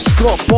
Scott